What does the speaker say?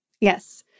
Yes